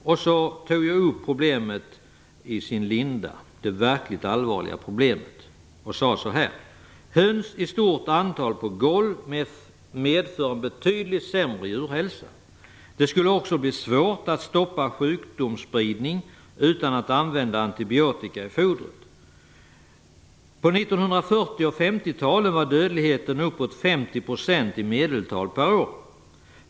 Därefter tog jag upp det verkligt allvarliga problemet i dess linda och sade: "Höns i stort antal på golv medför en betydligt sämre djurhälsa. Det skulle också bli svårt att stoppa sjukdomsspridning utan att använda antibiotika i fordret. På 1940 och 1950-talen var dödligheten uppåt 50 % per år i medeltal.